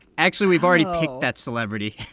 actually, we've already picked that celebrity